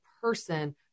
person